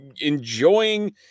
enjoying